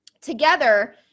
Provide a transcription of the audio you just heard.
together